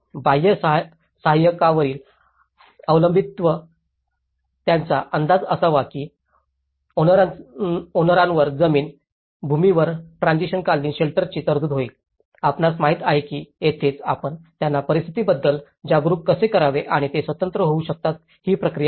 बाह्य सहाय्यकावरील अवलंबित्व ज्याचा अंदाज असावा की ओनरांवर जमीन भूमीवर ट्रान्सिशनकालीन शेल्टरची तरतूद होईल आपणास माहित आहे की येथेच आपण त्यांना परिस्थितीबद्दल जागरूक कसे करावे आणि ते स्वतंत्र होऊ शकतात ही प्रक्रिया आहे